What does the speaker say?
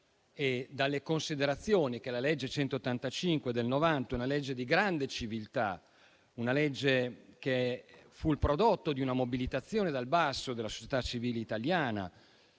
e dalle considerazioni della legge n. 185 del 1990. Una legge di grande civiltà, che fu il prodotto di una mobilitazione dal basso della società civile italiana,